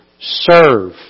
Serve